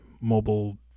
mobile